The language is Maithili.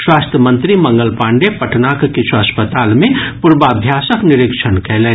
स्वास्थ्य मंत्री मंगल पाण्डेय पटनाक किछु अस्पताल मे पूर्वाभ्यासक निरीक्षण कयलनि